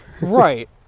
right